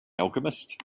alchemist